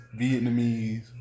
Vietnamese